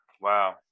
Wow